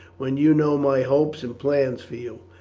when you know my hopes and plans for you?